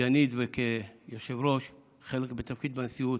כסגנית וכיושב-ראש, חלק מזה בתפקיד בנשיאות.